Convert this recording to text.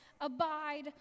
abide